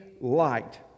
light